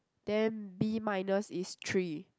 then B minus is three